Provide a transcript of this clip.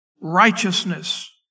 righteousness